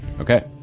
Okay